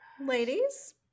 Ladies